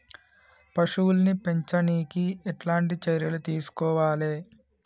పశువుల్ని పెంచనీకి ఎట్లాంటి చర్యలు తీసుకోవాలే?